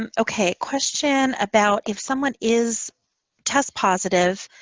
um okay. a question about if someone is tests positive,